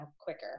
quicker